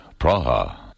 Praha